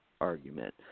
argument